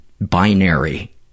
binary